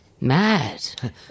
Mad